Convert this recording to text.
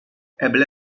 eble